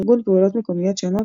ארגון פעולות מקומיות שונות,